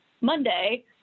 Monday